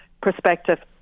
perspective